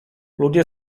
ludzie